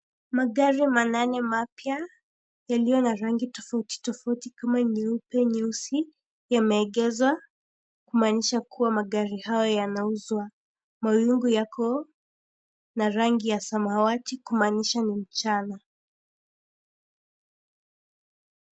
Magari manane mapya yaliyo na rangi tofauti tofauti kama nyeupe, nyeusi yameegezwa kumaanisha magari hayo yanauzwa. Mawingu yako na rangi ya samawati kumaanisha ni mchana.